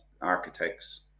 architects